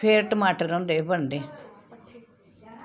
फिर टमाटर होंदे बनदे